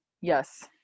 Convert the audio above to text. yes